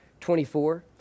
24